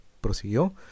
Prosiguió